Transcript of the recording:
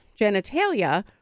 genitalia